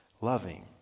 loving